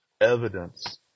evidence